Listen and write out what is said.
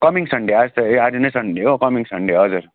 coming Sunday आज त ए आज नै सन्डे हो कमिङ सन्डे हजुर